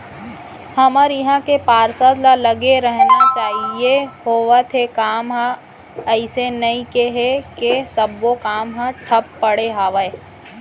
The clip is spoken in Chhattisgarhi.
हमर इहाँ के पार्षद ल लगे रहना चाहीं होवत हे काम ह अइसे नई हे के सब्बो काम ह ठप पड़े हवय